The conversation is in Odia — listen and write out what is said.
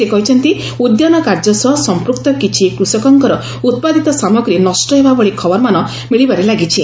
ସେ କହିଛନ୍ତି ଉଦ୍ୟାନ କାର୍ଯ୍ୟ ସହ ସମ୍ପୁକ୍ତ କିଛି କୃଷକଙ୍କର ଉତ୍ପାଦିତ ସାମଗ୍ରୀ ନଷ୍ଟ ହେବାଭଳି ଖବରମାନ ମିଳିବାରେ ଲାଗିଛି